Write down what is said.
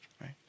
right